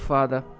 Father